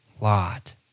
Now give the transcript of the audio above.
lot